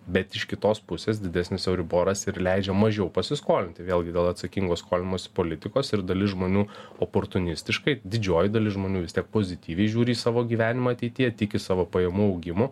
bet iš kitos pusės didesnis euriboras ir leidžia mažiau pasiskolinti vėlgi dėl atsakingo skolinimosi politikos ir dalis žmonių oportunistiškai didžioji dalis žmonių vis tiek pozityviai žiūri į savo gyvenimą ateityje tiki savo pajamų augimu